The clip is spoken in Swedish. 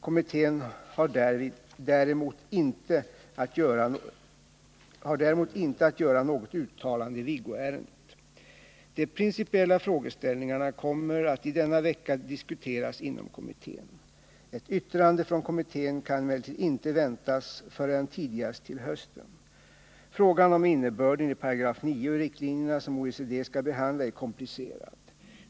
Kommittén har däremot inte att göra något uttalande i Viggoärendet. De principiella frågeställningarna kommer att i denna vecka diskuteras inom kommittén. Ett yttrande från kommittén kan emellertid inte väntas förrän tidigast till hösten. Frågan om innebörden i 9 § i riktlinjerna som OECD skall behandla är komplicerad.